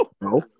No